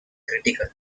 critical